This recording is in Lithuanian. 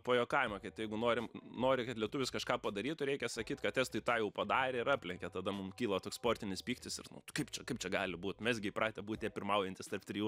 pajuokavimą kad jeigu norim nori kad lietuvis kažką padarytų reikia sakyt kad estai tą jau padarė ir aplenkė tada mum kyla toks sportinis pyktis ir kaip čia kaip čia gali būt mes gi įpratę būt tie pirmaujantys tarp trijų